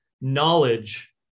knowledge